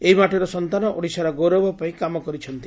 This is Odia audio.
ଏହି ମାଟିର ସନ୍ତାନ ଓଡିଶାର ଗୌରବ ପାଇଁ କାମ କରିଛନ୍ତି